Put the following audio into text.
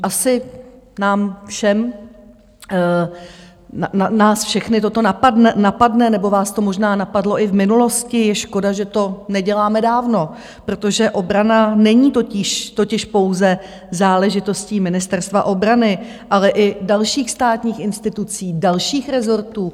Asi nás všechny toto napadne, nebo vás to možná napadlo i v minulosti, je škoda, že to neděláme dávno, protože obrana není totiž pouze záležitostí Ministerstva obrany, ale i dalších státních institucí, dalších rezortů.